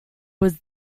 was